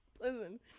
Listen